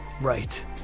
Right